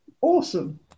Awesome